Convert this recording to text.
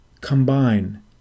combine